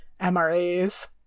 MRAs